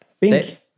pink